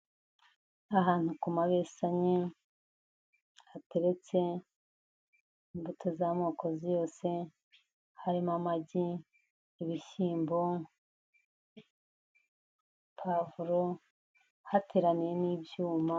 Ahantu ku mabesanyi, hateretse imbuto z'amoko uzi yose, harimo amagi, ibishyimbo, pavuro, hateraniye n'ibyuma.